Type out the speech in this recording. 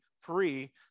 free